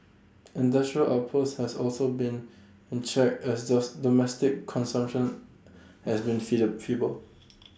industrial outputs has also been in check as does domestic consumption has been feeble